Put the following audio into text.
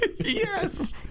Yes